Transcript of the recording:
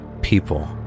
People